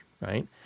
right